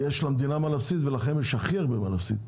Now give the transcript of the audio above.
יש למדינה מה להפסיד ולכם יש הכי הרבה מה להפסיד.